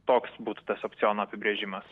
toks būtų tas opciono apibrėžimas